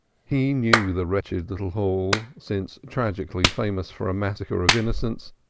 he knew the wretched little hall, since tragically famous for a massacre of innocents,